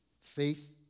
faith